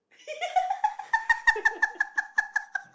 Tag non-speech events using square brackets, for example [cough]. [laughs]